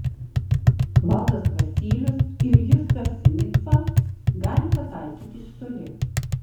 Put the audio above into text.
valdas vasylius ir justas sinica gali pataikyti iš toli